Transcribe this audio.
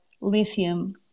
lithium